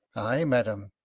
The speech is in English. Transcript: ay, madam,